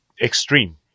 extreme